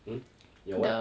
hmm your what